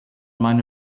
meine